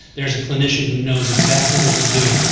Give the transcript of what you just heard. there's a clinician who knows exactly what to do,